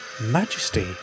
Majesty